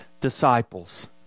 disciples